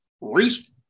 race